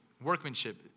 Workmanship